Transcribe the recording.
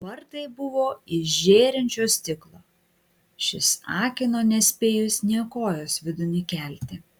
vartai buvo iš žėrinčio stiklo šis akino nespėjus nė kojos vidun įkelti